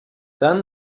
dunn